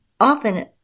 often